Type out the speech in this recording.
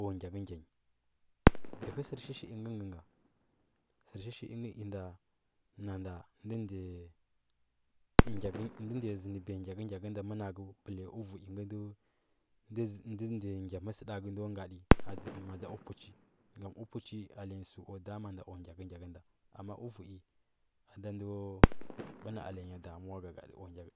o gyakə gya nyi dəhə sərshi shi əngə ngə ngə sər shishi ingə inda nanda ndə ndiya zintbiya gyakəgya nge nda mənakə bəla uvui ngə ndo ndiya gya mastkə ndo ngadə ma dza upəchi ngam upuchi celenya səu o damanda o gyakəgyakə nda amma əuvi a da ndo bə na alenya dammuwa gagadi a gyake,